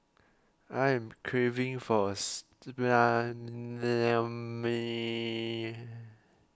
I am craving for a